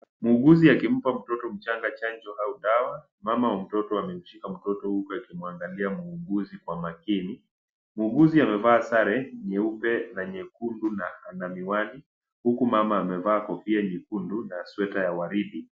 Muuguzi akimpa mtoto mchanga chanjo au dawa. Mama wa mtoto amemshika mtoto huku akimuangalia muuguzi kwa makini. Muuguzi amevaa sare nyeupe na nyekundu na ana miwani huku mama amevaa kofia nyekundu na sweta ya waridi.